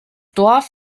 dorf